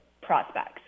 prospects